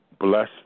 bless